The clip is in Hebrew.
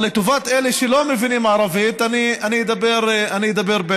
אבל לטובת אלה שלא מבינים ערבית, אני אדבר בעברית.